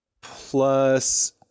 plus